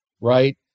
right